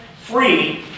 free